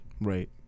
Right